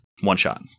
One-shot